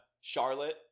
Charlotte